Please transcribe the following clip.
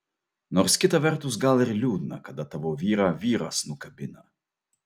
nors kita vertus gal ir liūdna kada tavo vyrą vyras nukabina